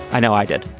i know i did